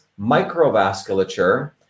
microvasculature